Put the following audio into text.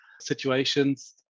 situations